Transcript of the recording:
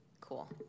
Cool